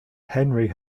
henry